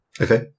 Okay